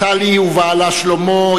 טלי ובעלה שלמה,